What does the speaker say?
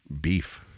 beef